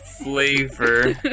flavor